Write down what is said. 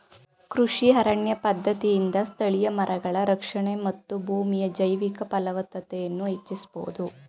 ಕೃಷಿ ಅರಣ್ಯ ಪದ್ಧತಿಯಿಂದ ಸ್ಥಳೀಯ ಮರಗಳ ರಕ್ಷಣೆ ಮತ್ತು ಭೂಮಿಯ ಜೈವಿಕ ಫಲವತ್ತತೆಯನ್ನು ಹೆಚ್ಚಿಸಬೋದು